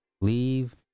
Leave